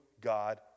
God